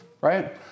Right